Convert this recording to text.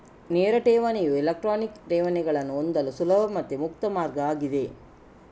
ನೇರ ಠೇವಣಿಯು ಎಲೆಕ್ಟ್ರಾನಿಕ್ ಠೇವಣಿಗಳನ್ನ ಹೊಂದಲು ಸುಲಭ ಮತ್ತೆ ಮುಕ್ತ ಮಾರ್ಗ ಆಗಿದೆ